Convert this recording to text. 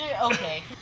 Okay